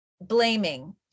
blaming